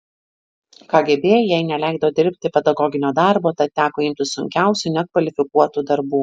kgb jai neleido dirbti pedagoginio darbo tad teko imtis sunkiausių nekvalifikuotų darbų